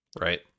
right